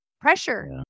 pressure